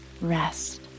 rest